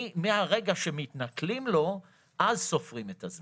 מהרגע שמתנכלים לו אז סופרים את הזמן.